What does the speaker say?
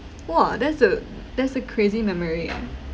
!wah! that's a that's a crazy memory